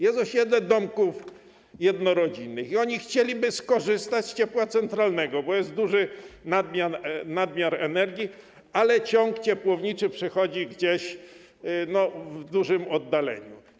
Jest osiedle domków jednorodzinnych i oni chcieliby skorzystać z ciepła centralnego, bo jest duży nadmiar energii, ale ciąg ciepłowniczy przechodzi gdzieś w dużym oddaleniu.